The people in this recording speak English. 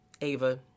Ava